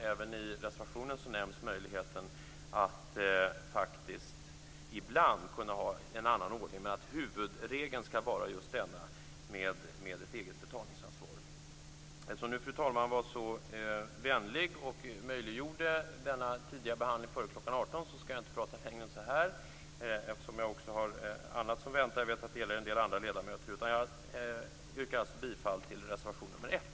Även i reservationen nämns möjligheten att faktiskt ibland kunna ha en annan ordning. Men huvudregeln skall vara just detta med eget betalningsansvar. Eftersom fru talmannen nu var vänlig nog att möjliggöra den här tidiga behandlingen före kl. 18 skall jag inte prata längre än så här. Jag har ju annat som väntar. Jag vet att det också gäller en del andra ledamöter. Jag yrkar alltså bifall till reservation 1.